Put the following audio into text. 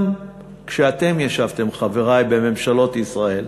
גם כשאתם ישבתם, חברי, בממשלות ישראל,